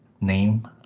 name